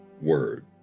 word